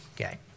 Okay